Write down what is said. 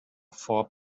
four